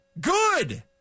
Good